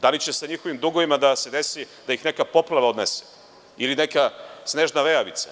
Da li će njihovim dugovima da se desi da ih neka poplava odnese ili neka snežna vejavica?